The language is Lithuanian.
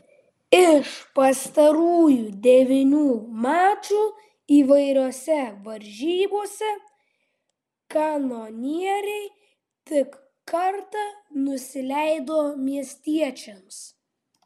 iš pastarųjų devynių mačų įvairiose varžybose kanonieriai tik kartą nusileido miestiečiams